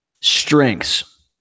Strengths